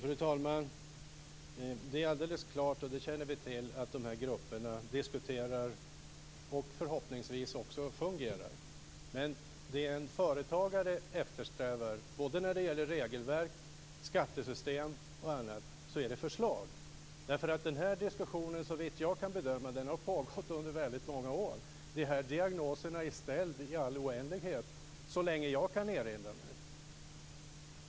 Fru talman! Det är alldeles klart, och det känner vi till, att dessa grupper diskuterar och förhoppningsvis också fungerar, men det som en företagare eftersträvar när det gäller regelverk, skattesystem och annat är förslag. Den här diskussionen har såvitt jag vet pågått under väldigt många år. Det har ställts sådana här diagnoser i all oändlighet så långt tillbaka som jag kan erinra mig.